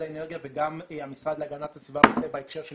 האנרגיה וגם המשרד להגנת הסביבה עושה בהקשר של